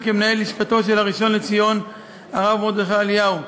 כמנהל לשכתו של הראשון לציון הרב מרדכי אליהו,